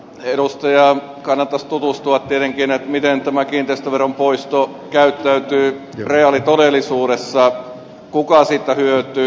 edustajan kannattaisi tutustua tietenkin siihen miten tämä kiinteistöveron poisto käyttäytyy reaalitodellisuudessa kuka siitä hyötyy